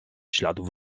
śladów